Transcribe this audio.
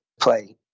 play